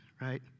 right